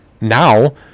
now